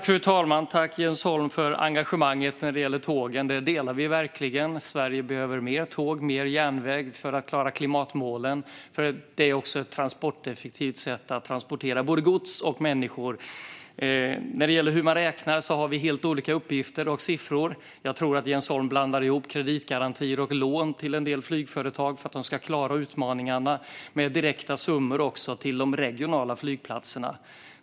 Fru talman! Tack, Jens Holm, för engagemanget när det gäller tågen! Det delar vi verkligen. Sverige behöver fler tåg och mer järnväg för att klara klimatmålen. Det är också ett effektivt sätt att transportera både gods och människor. När det gäller hur man räknar det här har vi helt olika uppgifter och siffror. Jag tror att Jens Holm blandar ihop kreditgarantier och lån till en del flygföretag för att de ska klara utmaningarna med direkta summor till de regionala flygplatserna.